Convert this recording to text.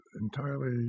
entirely